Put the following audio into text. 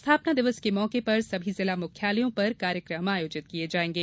स्थापना दिवस के मौके पर सभी जिला मुख्यालयों पर कार्यक्रम आयोजित किये जाएंगे